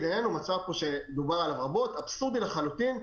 עינינו מצב שדובר עליו רבות שהוא אבסורדי לחלוטין.